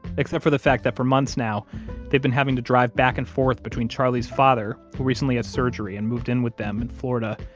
except for the fact that for months now they've been having to drive back and forth between charlie's father, who recently had surgery and moved in with them in florida,